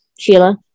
Sheila